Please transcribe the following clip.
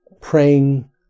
praying